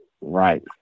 Right